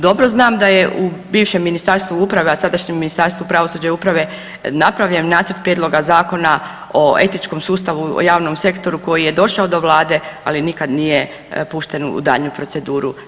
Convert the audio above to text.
Dobro znam da je u bivšem Ministarstvu uprave, a sadašnjem Ministarstvu pravosuđa i uprave napravljen nacrt prijedloga Zkona o etičkom sustavu u javnom sektoru koji je došao do vlade, ali nikad nije pušten u daljnju proceduru.